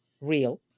real